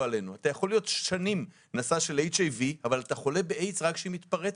אתה יכול להיות נשא במשך שנים אבל אתה חולה באיידס רק כשהיא מתפרצת.